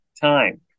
time